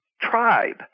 tribe